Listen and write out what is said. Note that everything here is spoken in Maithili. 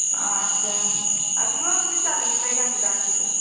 अच्छा अथीओ आरके बीच्चा लेबही बैंगनके गाछ रऽ